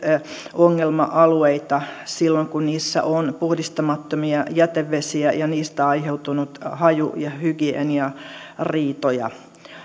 ongelma alueita silloin kun niissä on puhdistamattomia jätevesiä ja niistä on aiheutunut haju ja hygieniariitoja